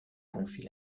confient